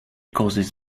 causes